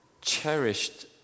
cherished